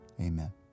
Amen